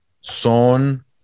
son